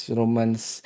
romance